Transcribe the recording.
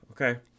Okay